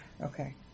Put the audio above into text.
Okay